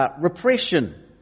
Repression